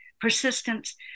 persistence